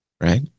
right